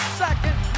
second